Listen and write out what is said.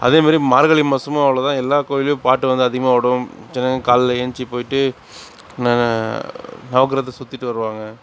அதே மாதிரி மார்கழி மாதமும் அவ்வளோதா எல்லா கோயில்லேயும் பாட்டு வந்து அதிகமாக ஓடும் ஜனங்க காலையில் எழுஞ்துச்சு போயிட்டு நவக்கிரகத்தை சுற்றிட்டு வருவாங்க